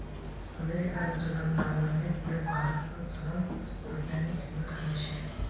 अमेरिकानं चलन डालरनी पुढे भारतनं चलन रुप्यानी किंमत कमी शे